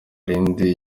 rindi